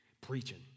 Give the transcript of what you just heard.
Preaching